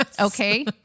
okay